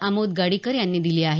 आमोद गडीकर यांनी दिली आहे